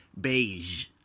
beige